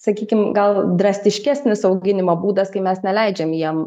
sakykim gal drastiškesnis auginimo būdas kai mes neleidžiam jiem